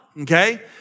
Okay